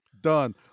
Done